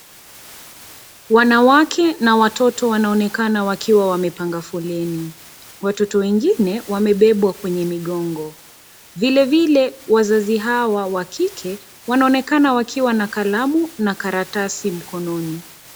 Wanawake na watoto wanaonekana wakiwa wamepanga foleni. Watoto wengine wamebebwa kwenye migongo. Vile vile wazazi hawa wa kike, wanaonekana wakiwa na kalamu na karatasi mkononi.